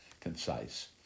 concise